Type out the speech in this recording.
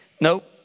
nope